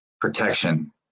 protection